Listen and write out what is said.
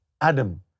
Adam